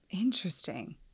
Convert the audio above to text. Interesting